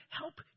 help